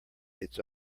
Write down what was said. its